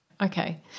Okay